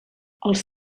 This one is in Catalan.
els